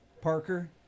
Parker